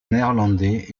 néerlandais